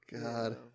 God